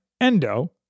Endo